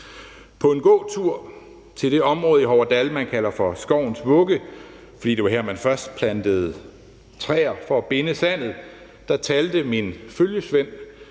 På en gåtur til det område i Hoverdal, man kalder for skovens vugge, fordi det var her, men først plantede træer for at binde sandet, talte min følgesvend